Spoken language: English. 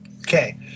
okay